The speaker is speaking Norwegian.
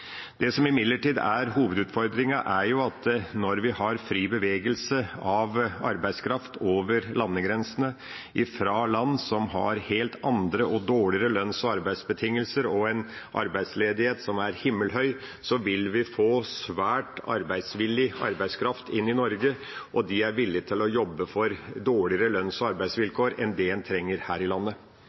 Det som imidlertid er hovedutfordringen, er at når vi har fri bevegelse av arbeidskraft over landegrensene, fra land som har helt andre og dårligere lønns- og arbeidsbetingelser og en arbeidsledighet som er himmelhøy, vil vi få svært arbeidsvillig arbeidskraft inn i Norge, og de er villige til å jobbe for dårligere lønns- og arbeidsvilkår enn det en trenger her i landet.